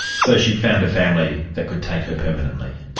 so, she found a family that could take her permanently?